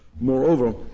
Moreover